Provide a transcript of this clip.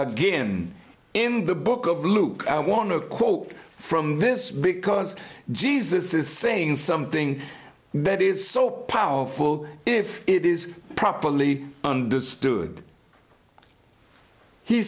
again in the book of luke i want to quote from this because jesus is saying something that is so powerful if it is properly understood he